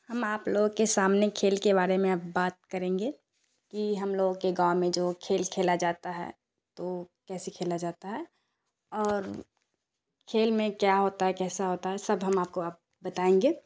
ہم آپ لوگوں کے سامنے کھیل کے بارے میں اب بات کریں گے کہ ہم لوگوں کے گاؤں میں جو کھیل کھیلا جاتا ہے تو کیسے کھیلا جاتا ہے اور کھیل میں کیا ہوتا ہے کیسا ہوتا ہے سب ہم آپ کو اب بتائیں گے